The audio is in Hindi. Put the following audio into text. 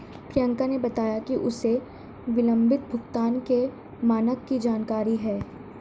प्रियंका ने बताया कि उसे विलंबित भुगतान के मानक की जानकारी है